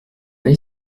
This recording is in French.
elle